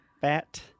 fat